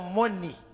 money